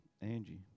Angie